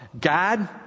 God